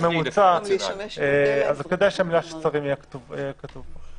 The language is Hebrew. כדאי שהמילה שרים תהיה כתובה פה.